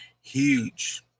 Huge